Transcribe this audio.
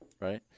right